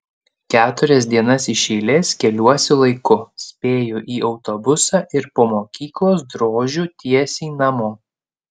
keturias dienas iš eilės keliuosi laiku spėju į autobusą ir po mokyklos drožiu tiesiai namo